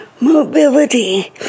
mobility